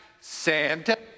Santa